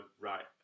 right